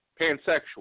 Pansexual